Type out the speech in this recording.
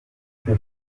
più